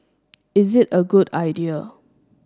is it a good idea